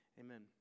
Amen